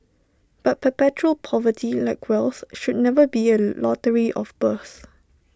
but perpetual poverty like wealth should never be A lottery of birth